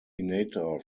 senator